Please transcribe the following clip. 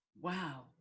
Wow